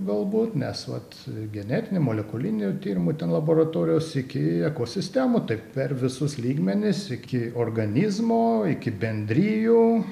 galbūt nes vat genetinių molekulinių tyrimų ten laboratorijos iki ekosistemų tai per visus lygmenis iki organizmo iki bendrijų